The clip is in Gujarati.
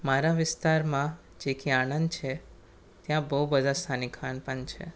મારા વિસ્તારમાં જે કે આણંદ છે ત્યાં બહુ બધાં સ્થાનિક ખાનપાન છે